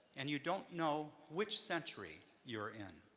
and you don't know which century you're in.